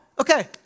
Okay